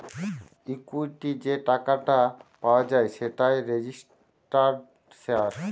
equity যে টাকাটা পাওয়া যায় সেটাই রেজিস্টার্ড শেয়ার